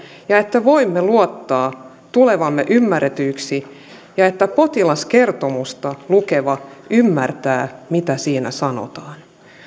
ja että voimme luottaa tulevamme ymmärretyksi ja että potilaskertomusta lukeva ymmärtää mitä siinä sanotaan